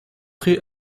rue